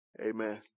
Amen